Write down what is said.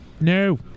No